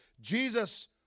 Jesus